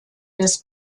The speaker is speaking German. des